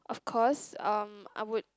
of course um I would